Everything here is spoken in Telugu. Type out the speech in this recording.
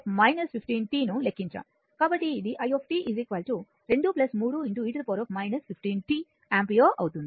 కాబట్టి ఇది i 2 3 e 15 t యాంపియర్ అవుతుంది